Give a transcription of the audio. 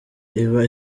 iba